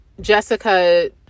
Jessica